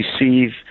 receive